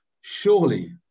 surely